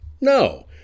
No